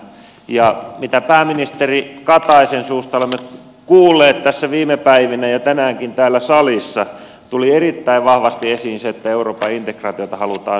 siinä mitä pääministeri kataisen suusta olemme kuulleet tässä viime päivinä ja tänäänkin täällä salissa tuli erittäin vahvasti esiin se että euroopan integraatiota halutaan syventää